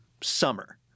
summer